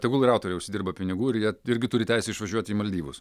tegul ir autoriai užsidirba pinigų ir jie irgi turi teisę išvažiuoti į maldyvus